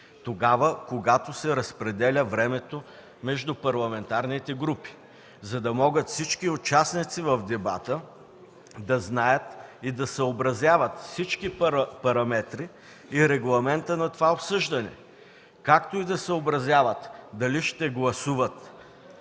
тогава когато се разпределя времето между парламентарните групи, за да могат всички участници в дебата да знаят и да съобразяват всички параметри и регламента на това обсъждане, както и да съобразяват дали ще гласуват